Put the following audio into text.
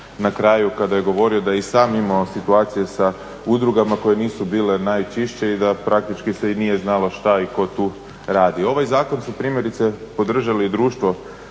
na kraju kada je govorio da je i sam imao situacije sa udrugama koje nisu bile najčišće i da praktički se i nije znalo što i tko tu radi. Ovaj zakon su primjerice podržali i Društvo